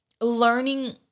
learning